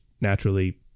naturally